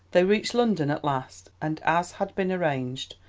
they reached london at last, and as had been arranged,